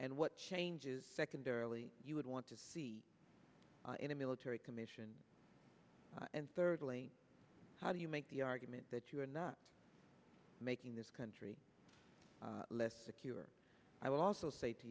and what changes secondarily you would want to see in a military commission and thirdly how do you make the argument that you are not making this country less secure i would also say to